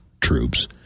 troops